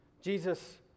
Jesus